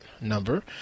number